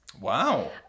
Wow